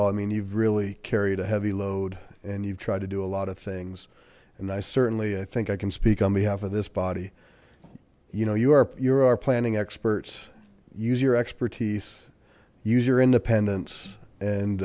all i mean you've really carried a heavy load and you've tried to do a lot of things and i certainly i think i can speak on behalf of this body you know you are you're our planning experts use your expertise use your independence and